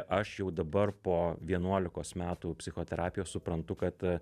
aš jau dabar po vienuolikos metų psichoterapijos suprantu kad